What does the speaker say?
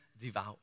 devout